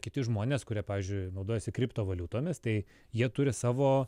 kiti žmonės kurie pavyzdžiui naudojasi kriptovaliutomis tai jie turi savo